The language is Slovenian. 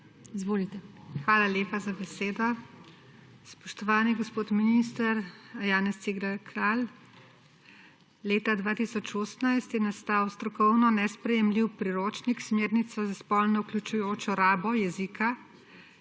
Hvala lepa za besedo. Spoštovani gospod minister Janez Cigler Kralj! Leta 2018 je nastal strokovno nesprejemljiv priročnik Smernice za spolno občutljivo rabo jezika,